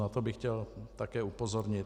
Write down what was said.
Na to bych chtěl také upozornit.